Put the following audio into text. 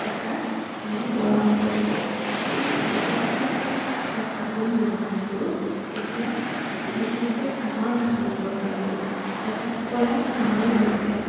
এটা মানে বৰণ হৈ থাকে নহ'লে অকল যদি আমি শুদা চাবোন ব্যৱহাৰ কৰোঁ তেতিয়া বিশেষকৈ কাঁহৰ বাচন বৰ্তনবোৰ এটা ক'লা চামনি পৰি যায়